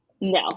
No